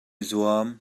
zuam